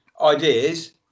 ideas